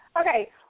Okay